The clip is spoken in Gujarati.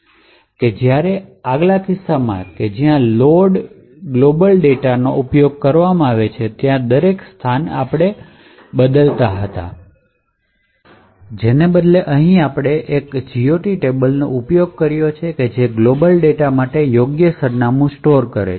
વિપરીત પાછલા કિસ્સામાં જ્યાં લોડર ગ્લોબલ ડેટાનો ઉપયોગ કરવામાં આવે છે તે દરેક સ્થાનને બદલતા જતા હોય છે અહીં આપણે એક જ GOT ટેબલનો ઉપયોગ કરી રહ્યાં છીએ જે ગ્લોબલ ડેટા માટે યોગ્ય સરનામું સ્ટોર કરે છે